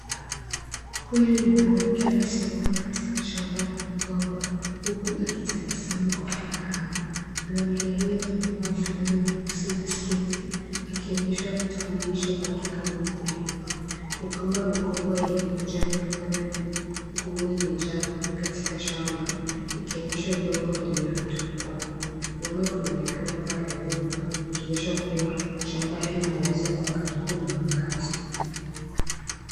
Huyu ni mwanamke amesimama katika shamba la migomba huku akitabasamu kwa furaha. Mwanamke huyo amevaa fulana nyeusi na sketi, akionyesha utambulisho wake kama mkulima. Migomba mikubwa yenye majani mapana na ni ngumu imejaa katika shamba, ikionyeshwa udongo vyenye rutuba. Nyuma kunaonekana paa la nyumba ikionyesha kuwa shamba hili linaweza kuwa karibu na makazi.